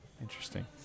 Interesting